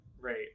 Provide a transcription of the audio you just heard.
Right